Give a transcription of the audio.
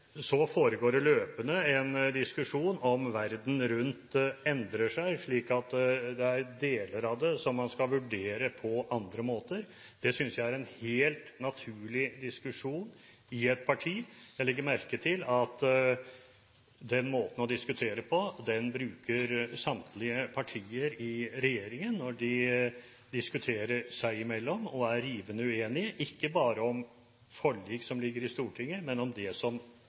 Så foregår det en løpende diskusjon om verden rundt endrer seg, slik at det er deler av det som man skal vurdere på andre måter. Det synes jeg er en helt naturlig diskusjon i et parti. Jeg legger merke til at denne måten å diskutere på bruker samtlige partier i regjeringen når de diskuterer seg i mellom og er rivende uenig, ikke bare om forlik som ligger i Stortinget, men om det som